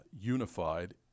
unified